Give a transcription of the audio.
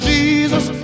Jesus